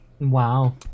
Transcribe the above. Wow